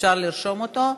אפשר לרשום אותו,